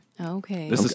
Okay